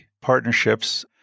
partnerships